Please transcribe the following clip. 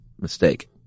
mistake